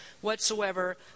whatsoever